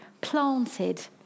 planted